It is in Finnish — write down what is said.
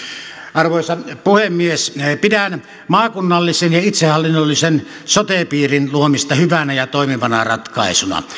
arvoisa puhemies pidän maakunnallisen ja itsehallinnollisen sote piirin luomista hyvänä ja toimivana ratkaisuna